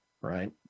right